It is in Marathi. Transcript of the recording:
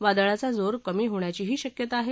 वादळाचा जोर कमी होण्याचीही शक्यता आहे